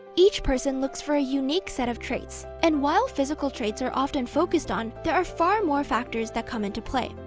each person looks for a unique set of traits and, while physical traits are often focused on, there are far more factors that comes into play.